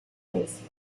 based